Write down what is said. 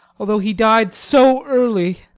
although he died so early.